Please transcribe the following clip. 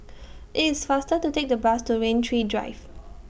IT IS faster to Take The Bus to Rain Tree Drive